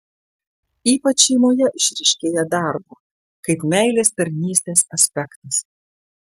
ypač šeimoje išryškėja darbo kaip meilės tarnystės aspektas